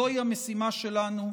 זוהי המשימה שלנו.